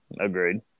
Agreed